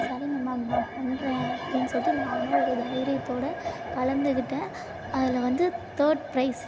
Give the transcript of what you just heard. சரிங்க மேம் நான் பண்ணுறேன் அப்படின்னு சொல்லிட்டு நானும் ஒரு தைரியத்தோடு கலந்துக்கிட்டேன் அதில் வந்து தேர்ட் ப்ரைஸ்